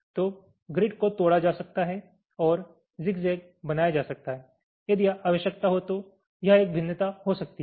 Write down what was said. तो ग्रिड को तोड़ा जा सकता है और ज़िगज़ैग बनाया जा सकता है यदि आवश्यक हो तो यह एक भिन्नता हो सकती है